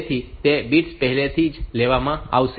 તેથી તે બિટ્સ પહેલેથી જ લેવામાં આવી છે